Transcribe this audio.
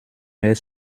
mehr